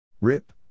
Rip